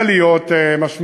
עם עליות משמעותיות.